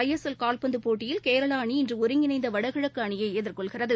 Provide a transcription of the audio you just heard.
ஐ S L கால்பந்து போட்டியில் கேரளா அணி இன்று ஒருங்கிணைந்த வடகிழக்கு அணியை எதிர்கொள்கிறது